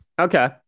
Okay